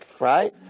right